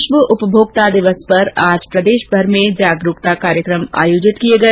विश्व उपभोक्ता दिवस पर आज प्रदेशभर में जागरूकता कार्यक्रम आयोजित किए गए